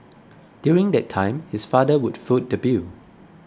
during that time his father would foot the bill